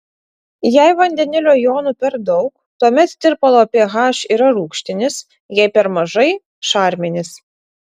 jei vandenilio jonų per daug tuomet tirpalo ph yra rūgštinis jei per mažai šarminis